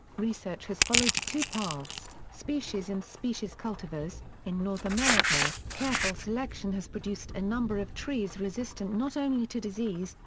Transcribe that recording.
research has followed two paths species and species cultivars in north america, careful selection has produced a number of trees resistant not only to disease,